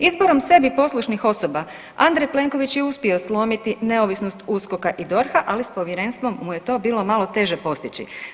Izborom sebi poslušnih osoba, Andrej Plenković je uspio slomiti neovisnost USKOK-a i DORH-a, ali s povjerenstvom mu je to bilo malo teže postići.